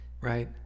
right